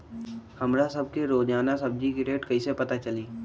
हमरा सब के रोजान सब्जी के रेट कईसे पता चली?